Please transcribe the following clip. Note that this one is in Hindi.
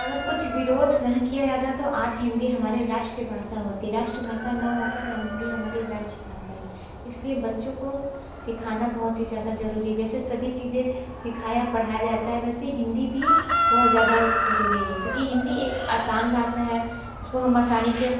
अगर कुछ विरोध नहीं किया जाता तो आज हिंदी हमारे राष्ट्रभाषा होती राष्ट्रभाषा ना होकर हिंदी हमारी राज्य भाषा है इसलिए बच्चों को सिखाना बहुत ही ज़्यादा जरूरी जैसे सभी चीज़ें सिखाया पढ़ाया जाता है वैसे हिंदी भी बहुत ज़्यादा जरूरी है क्योंकि हिंदी एक आसान भाषा है उसको हम आसानी से